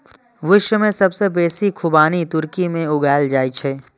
विश्व मे सबसं बेसी खुबानी तुर्की मे उगायल जाए छै